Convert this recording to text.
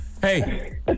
Hey